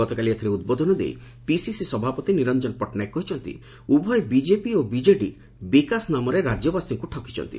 ଗତକାଲି ଏଥିରେ ଉଦ୍ବୋଧନ ଦେଇ ପିସିସି ସଭାପତି ନିରଞ୍ଞନ ପଟ୍ଟନାୟକ କହିଛନ୍ତି ଉଭୟ ବିଜେପି ଓ ବିଜେଡ଼ି ବିକାଶ ନାମରେ ରାକ୍ୟବାସୀଙ୍କୁ ଠକିଛନ୍ତି